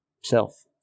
self